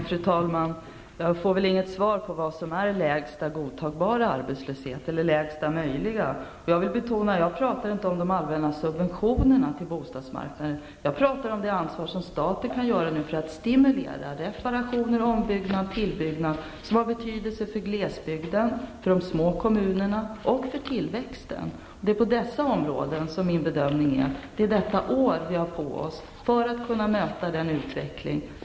Fru talman! Jag får väl inget svar på vad som är lägsta godtagbara eller lägsta möjliga arbetslöshet. Jag vill betona att jag inte talar om de allmänna subventionerna på bostadsmarknaden, utan jag talar om statens ansvar för att stimulera genom reparationer, ombyggnad och tillbyggnad, vilket har betydelse för glesbygden, för de små kommunerna och för tillväxten. Det är på dessa områden jag bedömer att vi har detta år på oss att möta utvecklingen.